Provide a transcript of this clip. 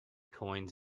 coins